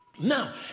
now